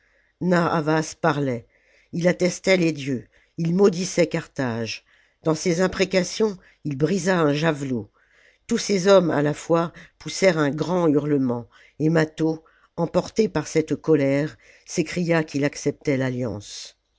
narr'havas parlait il attestait les dieux il maudissait carthage dans ses imprécations il brisa un javelot tous ses hommes à la fois poussèrent un grand hurlement et mâtho emporté par cette colère s'écria qu'il acceptait l'alliance